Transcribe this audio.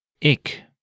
Ik